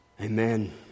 Amen